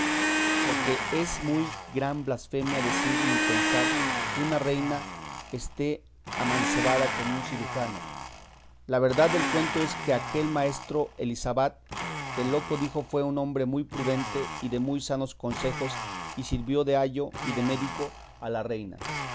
porque es muy gran blasfemia decir ni pensar que una reina esté amancebada con un cirujano la verdad del cuento es que aquel maestro elisabat que el loco dijo fue un hombre muy prudente y de muy sanos consejos y sirvió de ayo y de médico a la reina